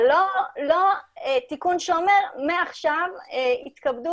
אבל לא תיקון שאומר שמעכשיו יתכבדו